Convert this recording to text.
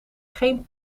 geen